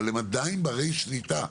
אבל הם עדיין בני שליטה.